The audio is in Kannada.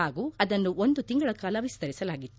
ಹಾಗೂ ಅದನ್ನು ಒಂದು ತಿಂಗಳ ಕಾಲ ವಿಸ್ತರಿಸಲಾಗಿತ್ತು